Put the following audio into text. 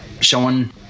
showing